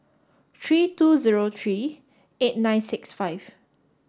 three two zero three eight nine six five